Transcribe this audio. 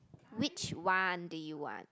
which one do you want